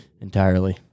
entirely